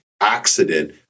accident